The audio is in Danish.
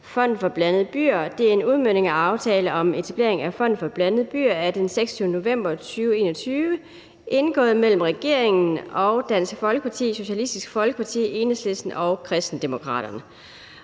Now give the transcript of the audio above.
fonden for blandede byer. Det er en udmøntning af aftalen om etablering af fonden for blandede byer af den 26. november 2021 indgået mellem regeringen og Dansk Folkeparti, Socialistisk Folkeparti, Enhedslisten og Kristendemokraterne.